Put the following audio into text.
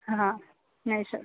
હા નેચર